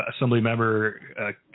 Assemblymember